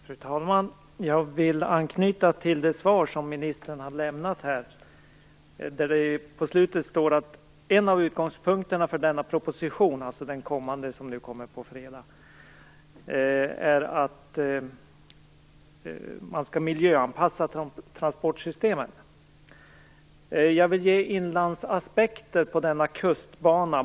Fru talman! Jag vill anknyta till det svar som ministern har lämnat. På slutet står det att en av utgångspunkterna för denna proposition, alltså den som kommer på fredag, är att man skall miljöanpassa transportsystemen. Jag vill ge inlandsaspekter på denna kustbana.